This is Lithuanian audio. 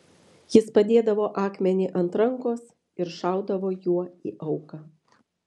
jis padėdavo akmenį ant rankos ir šaudavo juo į auką